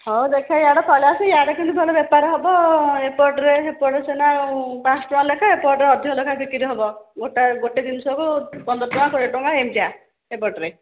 ହଉ ଦେଖ ଇୟାଡ଼େ ପଳେଇ ଆସ ଇୟାଡ଼େ କିନ୍ତୁ ଭଲ ବେପାର ହେବ ଏପଟରେ ସେପଟରେ ସିନା ପାଞ୍ଚଟା ଲେଖାଁଏ ଏପଟେ ଅଧିକ ଲେଖାଏଁ ବିକ୍ରି ହେବ ଗୋଟାଏ ଗୋଟେ ଜିନିଷକୁ ପନ୍ଦର ଟଙ୍କା କୋଡ଼ିଏ ଚଙ୍କା ଏମିତିଆ ଏପଟରେ